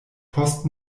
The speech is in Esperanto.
post